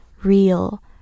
real